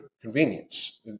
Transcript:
convenience